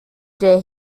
der